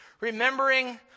Remembering